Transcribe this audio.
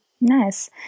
Nice